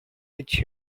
which